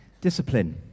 discipline